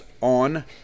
on